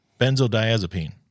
benzodiazepine